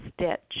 Stitch